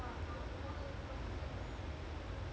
alex telles வெல்ல போறேன்:vella poraen I think don't know why